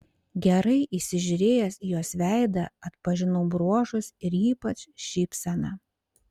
gerai įsižiūrėjęs į jos veidą atpažinau bruožus ir ypač šypseną